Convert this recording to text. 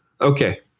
Okay